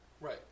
Right